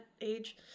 age